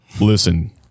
Listen